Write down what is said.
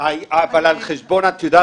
את יודעת על חשבון מה?